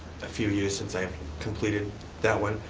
a few years since i have completed that one.